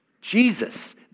Jesus